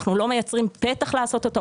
אנחנו לא מייצרים פתח לעשות אותה,